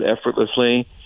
effortlessly